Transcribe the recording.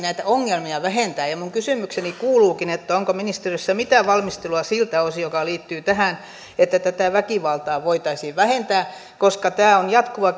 näitä ongelmia vähentää minun kysymykseni kuuluukin onko ministeriössä mitään valmistelua siltä osin mikä liittyy tähän että tätä väkivaltaa voitaisiin vähentää koska tämä on jatkuva